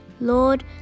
Lord